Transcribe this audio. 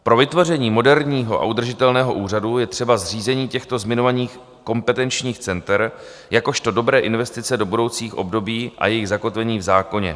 Pro vytvoření moderního a udržitelného úřadu je třeba zřízení těchto zmiňovaných kompetenčních center jakožto dobré investice do budoucích období a jejich zakotvení v zákoně.